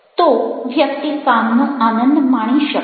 તો વ્યક્તિ કામનો આનંદ માણી શકશે